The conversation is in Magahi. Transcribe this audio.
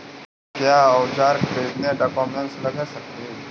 क्या ओजार खरीदने ड़ाओकमेसे लगे सकेली?